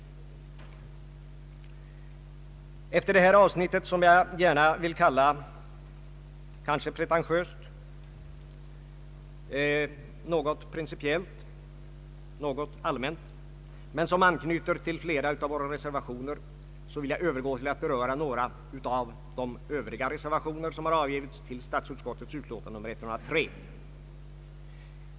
Efter det här avsnittet, som jag — även om det kanske låter pretentiöst — gärna vill kalla mera principiellt, mera allmänt, men som anknyter till flera av våra reservationer, vill jag övergå till att beröra några av de övriga reservationer som avgivits till statsutskottets utlåtande nr 103.